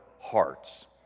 hearts